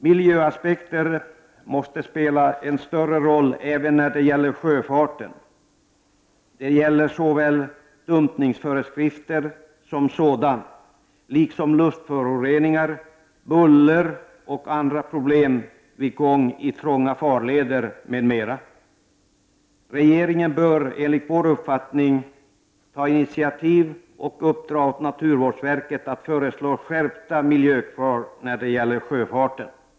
Miljöaspekter måste spela en större roll även när det gäller sjöfarten. Det gäller såväl dumpningsföreskrifter som luftföroreningar, buller och andra problem vid gång i trånga farleder m.m. Regeringen bör enligt vår uppfattning ta initiativ och uppdra åt naturvårdsverket att föreslå skärpta miljökrav för sjöfarten.